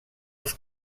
els